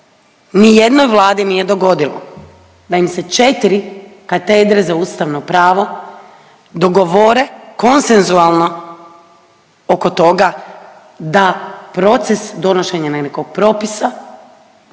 nijednoj vladi nije dogodilo da im se 4 katedre za ustavno pravo dogovore konsensualno oko toga da proces donošenja nekog propisa